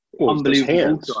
unbelievable